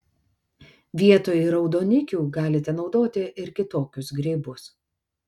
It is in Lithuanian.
vietoj raudonikių galite naudoti ir kitokius grybus